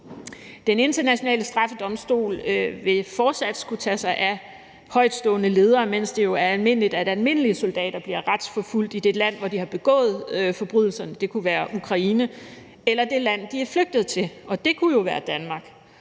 Den Internationale Straffedomstol vil fortsat skulle tage sig af højtstående ledere, mens det er almindeligt, at almindelige soldater bliver retsforfulgt i det land, hvor de har begået forbrydelserne – det kunne være Ukraine – eller det land, de er flygtet til. Og det kunne jo være Danmark.